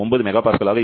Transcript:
009 MPa ஆக இருக்கும்